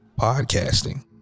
Podcasting